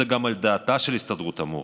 זה גם על דעתה של הסתדרות המורים.